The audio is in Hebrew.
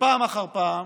ופעם אחר פעם